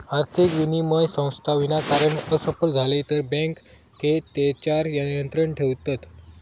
आर्थिक विनिमय संस्था विनाकारण असफल झाले तर बँके तेच्यार नियंत्रण ठेयतत